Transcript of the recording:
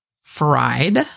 Fried